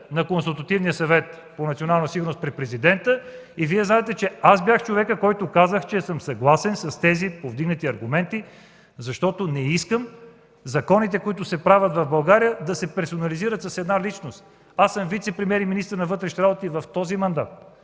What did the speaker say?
на Консултативния съвет по национална сигурност при Президента. Вие знаете, че аз бях човекът, който каза, че е съгласен с тези представени аргументи, защото не искам законите, които се правят в България, да се персонализират с една личност. Аз съм вицепремиер и министър на вътрешните работи в този мандат.